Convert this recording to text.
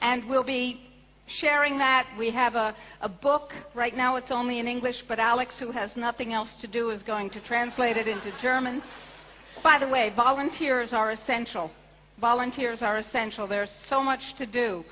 and we'll be sharing that we have a a book right now it's only in english but alex who has nothing else to do is going to translate it into germans by the way volunteers are essential volunteers are essential there's so much to do